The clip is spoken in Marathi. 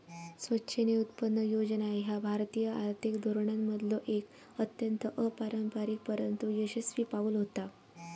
स्वेच्छेने उत्पन्न योजना ह्या भारतीय आर्थिक धोरणांमधलो एक अत्यंत अपारंपरिक परंतु यशस्वी पाऊल होता